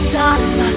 time